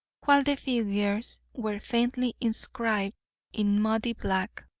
while the figures were faintly inscribed in muddy black.